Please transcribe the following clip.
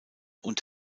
und